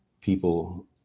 people